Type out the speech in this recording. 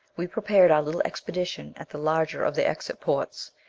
we prepared our little expedition at the larger of the exit ports.